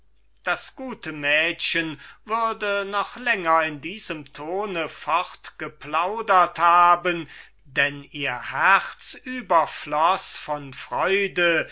das gute mädchen würde noch länger in diesem ton fortgeplaudert haben denn ihr herz überfloß von freude